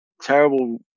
terrible